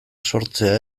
sortzea